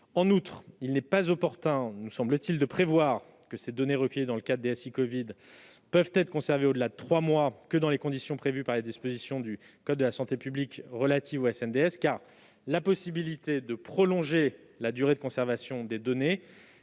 En outre, il ne nous semble pas opportun de prévoir que les données recueillies dans les SI covid ne peuvent être conservées au-delà de trois mois que dans les conditions prévues par les dispositions du code de la santé publique relatives au SNDS, car la possibilité de prolonger la durée de conservation des données